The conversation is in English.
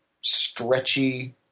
stretchy